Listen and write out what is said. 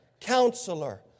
Counselor